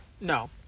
no